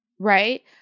Right